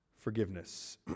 forgiveness